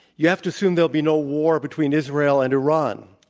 you have to assume there'll be no war between israel and iran.